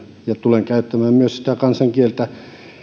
ja tulen käyttämään myös sitä kansan kieltä